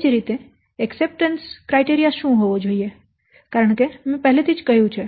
એ જ રીતે એકસપટન્સ માપદંડ શું હોવો જોઈએ કારણ કે મેં પહેલે જ કહ્યું છે